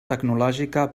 tecnològica